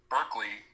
Berkeley